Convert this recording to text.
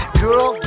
girl